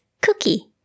cookie